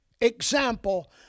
example